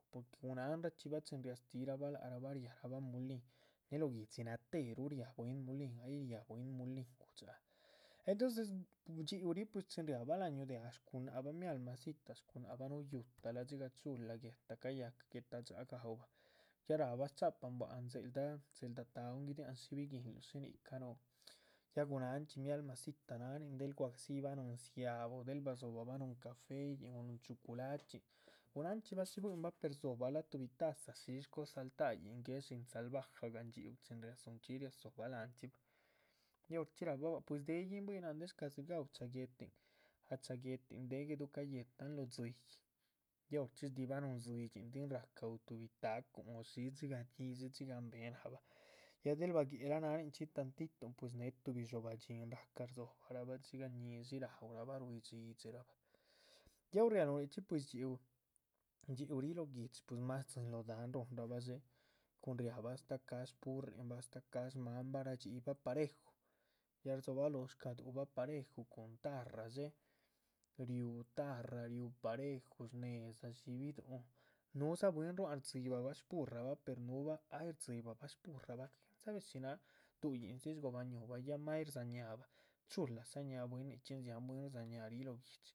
Porque gunahanra chxí bah chin riahastih rahbah lác rahbah riah raba mulíhin néh lóho guihdxi natéheruh riá bwín mulíhin, ay riáha bwín mulín gudxáha. entonces ndxhíu ríh pues chin riahba láhan yúhu déh pues ah shgunáhcbah mialmacita shgunáhcbah, gútahla, dxigah chula guéhtala cayáhcala gaúbah, ya rác bah. shchápahan láhan dzéldah, dzéldah taúhun, sbí biyíhnluh shí ni´cah núhu, ya gunáhanchxi mialmacita náhanin del guadzibah núhun nzia´ba, del badzohobah bah núhun. cafeyihn, o núhun chuculachxín gunanchxí baha shí buihinbah per rdzobahbah tuhbi taza cosa sltáhayihn guéhe shín salvaja ndxhíu riadzúhun chxí riadzobah láhanchxi. ya horchxí rahba bah pues deyihn buihinahn del shcadzil gaúhul cháha guéhtin, cháha guéhtin déhe guéduh cayéhetan lóho dzíyih ya horchxí shdihibah núhun dzidxin,. ráhca tuhbi tacun o shísh dxigah ñíshi, dxigah mbehe náhbah, ya del baguéhela nanchxí tantituhun pues néhe tuhbi dxobah dhxín, ráhca rdzobahrahbah dxigah ñíshi. raúrahba ruidhxídxirahbah ya hor rialóho nichxí pues ndxhíu, ndxhíu ríh lóho guihdxi pues más tdzín lóho dahán rúhunrabah dxé, cuhun riábah astáh cáha shpúrrinbah. astáh cáha shmánabah radxíyihbah pareju ya rdzobaloho shca´duhubah pareju cun tarra dxé riú tarra riú pareju shne´dza shyíbih dúhun núhudza bwín rúhuan rdzibahbah. shpurrabah per núhubah ay rdzíbahbah shpurrabah quien sabe shináha duhuyin dzi shgobah ñuhurahbah ay rdzá ñáahbah, chulah dzá ñáah bwín nichxí rdziáhan bwín. rdzá láha bwín lóho guihdxi.